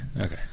okay